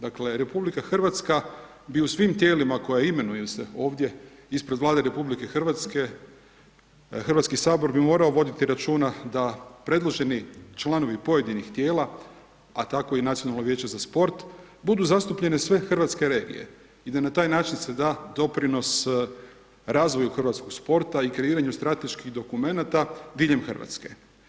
Dakle, RH bi u svim tijelima koja imenuje se ovdje ispred Vlade RH, HS bi morao voditi računa da predloženi članovi pojedinih tijela, a tako i Nacionalno vijeće za sport, budu zastupljene sve hrvatske regije i da na taj način se da doprinos, razvoju hrvatskog sporta i kreiranju strateških dokumenata diljem Hrvatske.